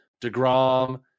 DeGrom